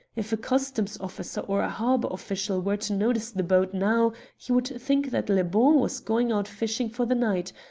if a customs officer or a harbour official were to notice the boat now he would think that le bon was going out fishing for the night,